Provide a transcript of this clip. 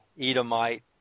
Edomite